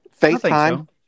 FaceTime